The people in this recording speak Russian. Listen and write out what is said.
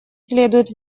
следуют